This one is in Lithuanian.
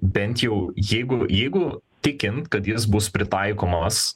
bent jau jeigu jeigu tikint kad jis bus pritaikomas